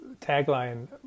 tagline